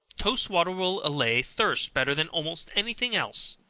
toast water will allay thirst better than almost any thing else.